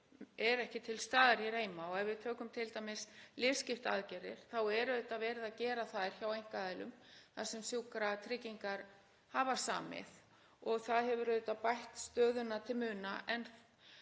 eru ekki til staðar hér heima. Ef við tökum t.d. liðskiptaaðgerðir þá er auðvitað verið að gera þær hjá einkaaðilum þar sem Sjúkratryggingar hafa samið og það hefur auðvitað bætt stöðuna til muna.